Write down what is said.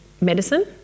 medicine